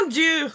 Dieu